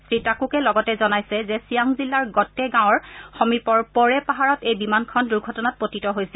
শ্ৰীটাকুৱে লগতে জনাইছে যে ছিয়াং জিলাৰ গটে গাঁৱৰ সমীপৰ পৰে পাহাৰত এই বিমানখন দুৰ্ঘটনাত পতিত হৈছিল